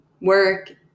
work